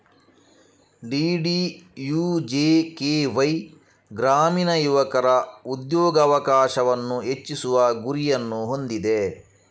DDUJKY ಗ್ರಾಮೀಣ ಯುವಕರ ಉದ್ಯೋಗಾವಕಾಶವನ್ನು ಹೆಚ್ಚಿಸುವ ಗುರಿಯನ್ನು ಹೊಂದಿದೆ